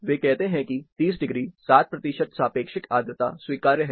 वे कहते हैं कि 30 डिग्री 60 प्रतिशत सापेक्षिक आर्द्रता स्वीकार्य है